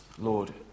Lord